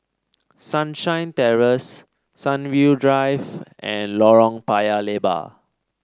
Sunshine Terrace Sunview Drive and Lorong Paya Lebar